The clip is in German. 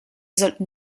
sollten